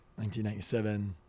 1997